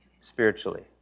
spiritually